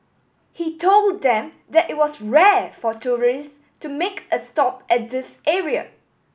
he told them that it was rare for tourists to make a stop at this area